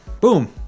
boom